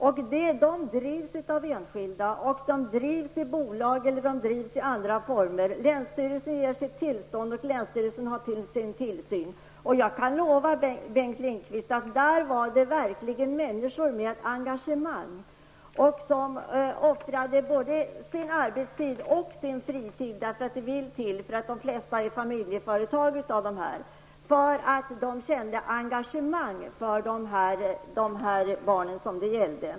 De här hemmen drivs alltså av enskilda, exempelvis i bolagsform. Länsstyrelsen ger tillstånd och har tillsyn. Jag kan lova att det rör sig om människor som verkligen är engagerade. Det gäller människor som offrar både arbetstid och fritid. Det vill ju till för att det hela skall gå ihop. I flertalet fall rör det sig om familjeföretag. Dessa människor känner ett engagemang för de barn som det här gäller.